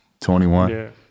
21